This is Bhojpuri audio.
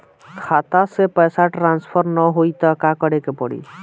खाता से पैसा ट्रासर्फर न होई त का करे के पड़ी?